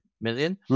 million